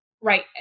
right